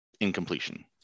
incompletion